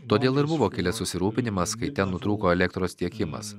todėl ir buvo kilęs susirūpinimas kai ten nutrūko elektros tiekimas